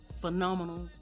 phenomenal